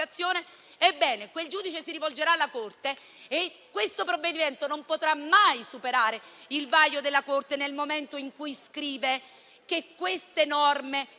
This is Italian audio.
ebbene quel giudice si rivolgerà alla Corte. Questo provvedimento non potrà mai superare il vaglio della Corte nel momento in cui scrive che queste norme